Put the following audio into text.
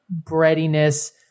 breadiness